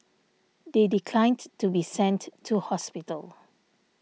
they declined to be sent to hospital